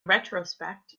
retrospect